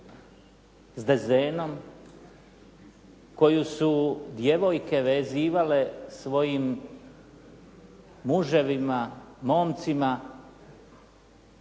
s dezenom koju su djevojke vezivale svojim muževima, momcima